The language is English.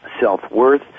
self-worth